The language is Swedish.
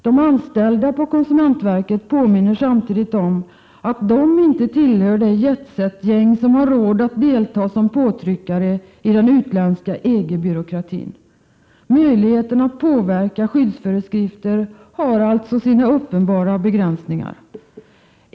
De anställda i konsumentverket påminner samtidigt om att de inte tillhör det jetset-gäng som har råd att delta som påtryckare i den utländska EG-byråkratin. Möjligheten att påverka skyddsföreskrifter har alltså sina uppenbara begränsningar.